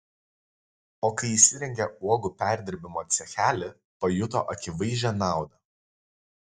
o kai įsirengė uogų perdirbimo cechelį pajuto akivaizdžią naudą